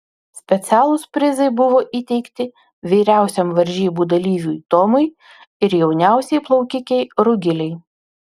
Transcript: specialūs prizai buvo įteikti vyriausiam varžybų dalyviui tomui ir jauniausiai plaukikei rugilei